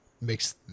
makes